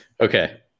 Okay